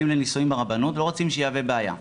לנישואין ברבנות והן לא רוצות שתהיה בעיה.